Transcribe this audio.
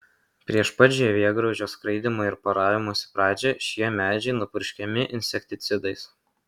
prieš pat žievėgraužio skraidymo ir poravimosi pradžią šie medžiai nupurškiami insekticidais